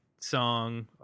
song